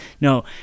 No